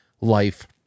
life